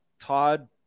Todd